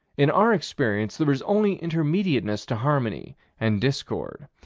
in our experience there is only intermediateness to harmony and discord.